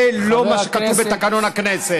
זה לא מה שכתוב בתקנון הכנסת.